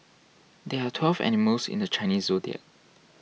there are twelve animals in the Chinese zodiac